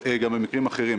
וגם במקרים אחרים.